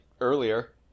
earlier